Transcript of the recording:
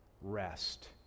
rest